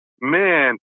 man